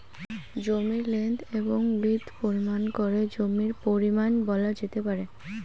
জমির লেন্থ এবং উইড্থ পরিমাপ করে জমির পরিমান বলা যেতে পারে